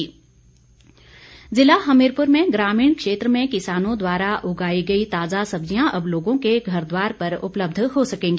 ई cart app ज़िला हमीरपुर में ग्रामीण क्षेत्र में किसानों द्वारा उगाई गई ताज़ा सब्ज़ियां अब लोगों के घरद्वार पर उपलब्ध हो सकेंगी